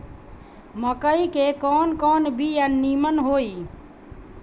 मकई के कवन कवन बिया नीमन होई?